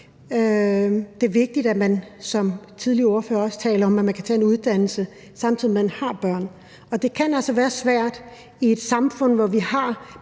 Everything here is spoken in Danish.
Det er vigtigt, at man, som den tidligere ordfører også talte om, kan tage en uddannelse, samtidig med at man har børn. Og det kan altså være svært i et samfund, hvor vi har